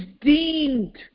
deemed